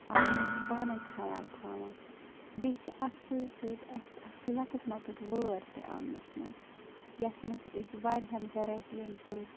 اَتھ چھِ اَسۍ پانَے خیال تھاوان بیٚیہِ چھِ اَتھ سۭتۍ سۭتۍ اَسہِ اَکھ لۄکٕٹ مۄکٕٹ وٲر تہِ آنٛگنَس منٛز یَتھ منٛز أسۍ واریاہَن وٮ۪رایٹِیَن ہٕنٛز